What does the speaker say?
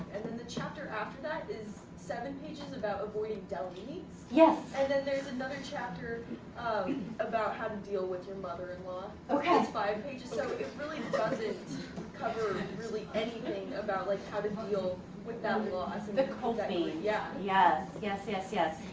and then the chapter after that is seven pages about avoiding deli meats. yes. and then there's another chapter about how to deal with your mother-in-law. okay. that's five pages. so, it really doesn't cover and and really anything about like how to but deal with that loss. the coping. and yeah. yes, yes, yes, yes.